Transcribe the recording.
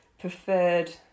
preferred